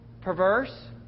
Perverse